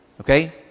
Okay